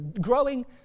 growing